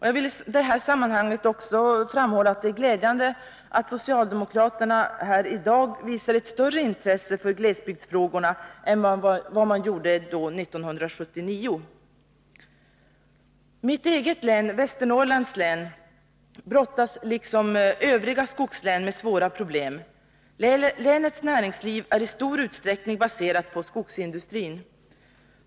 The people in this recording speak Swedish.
Jag vill i det sammanhanget framhålla att det är glädjande att socialdemokraterna i dag visar ett större intresse för glesbygdsfrågorna än vad de gjorde 1979. Mitt eget län, Västernorrlands läns, brottas liksom övriga skogslän med svåra problem. Länets näringsliv är i stor utsträckning baserat på skogsindustrin.